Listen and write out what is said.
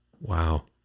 Wow